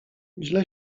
źle